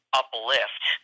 uplift